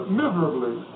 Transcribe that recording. miserably